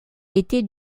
était